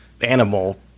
animal